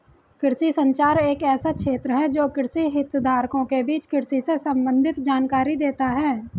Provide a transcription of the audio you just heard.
कृषि संचार एक ऐसा क्षेत्र है जो कृषि हितधारकों के बीच कृषि से संबंधित जानकारी देता है